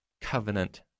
Covenant